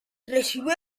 recibió